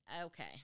Okay